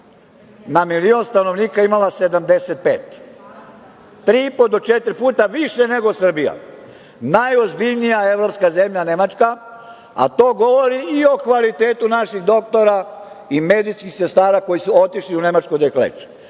na milion stanovnika imala je 75, tri i po do četiri puta više nego Srbija. Najozbiljnija evropska zemlja, Nemačka. To govori i o kvalitetu naših doktora i medicinskih sestara koji su otišli u Nemačku da ih leče.